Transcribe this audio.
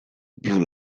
blue